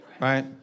right